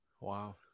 Wow